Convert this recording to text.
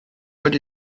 but